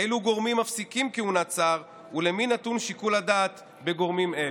אילו גורמים מפסיקים כהונת שר ולמי נתון שיקול הדעת בגורמים אלו.